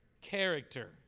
character